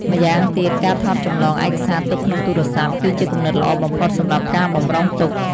ម្យ៉ាងទៀត ការថតចម្លងឯកសារទុកក្នុងទូរស័ព្ទ គឺជាគំនិតល្អបំផុតសម្រាប់ការបម្រុងទុក ។